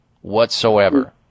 whatsoever